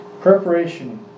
preparation